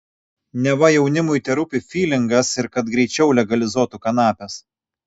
neva jaunimui terūpi fylingas ir kad greičiau legalizuotų kanapes